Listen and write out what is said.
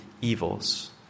evils